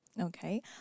Okay